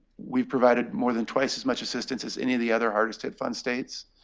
we've provided more than twice as much assistance as any of the other hardest hit fund states.